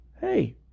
Hey